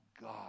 God